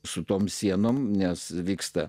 su tom sienom nes vyksta